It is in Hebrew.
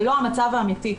זה לא המצב האמיתי.